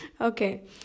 Okay